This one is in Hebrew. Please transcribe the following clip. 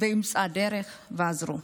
באמצע הדרך עזרו.